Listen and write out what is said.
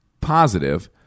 positive